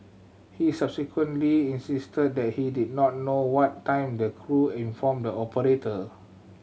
he subsequently insisted that he did not know what time the crew informed the operator